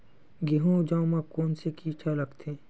गेहूं अउ जौ मा कोन से कीट हा लगथे?